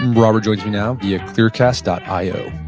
robert joins me now via clearcast ah io